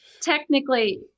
technically